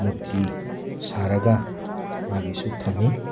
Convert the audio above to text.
ꯃꯨꯔꯇꯤ ꯁꯥꯔꯒ ꯃꯥꯒꯤꯁꯨ ꯊꯝꯃꯤ